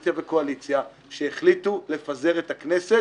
ואופוזיציה וקואליציה שהחליטו לפזר את הכנסת